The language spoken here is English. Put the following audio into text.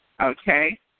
Okay